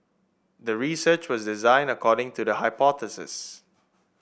the research was designed according to the hypothesis